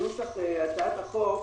לגבי נוסח הצעת החוק,